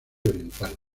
oriental